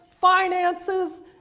finances